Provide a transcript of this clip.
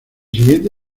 siguiente